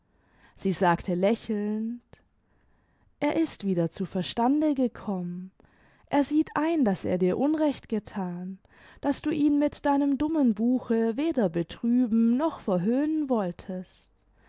sie sagte lächelnd er ist wieder zu verstande gekommen er sieht ein daß er dir unrecht gethan daß du ihn mit deinem dummen buche weder betrüben noch verhöhnen wolltest